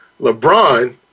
LeBron